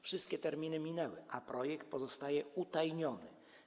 Wszystkie terminy minęły, a projekt pozostaje utajniony.